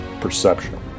perception